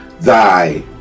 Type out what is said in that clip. thy